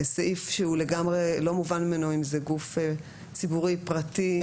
סעיף שלגמרי לא מובן ממנו האם זה גוף ציבורי פרטי,